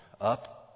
Up